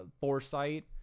foresight